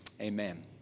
Amen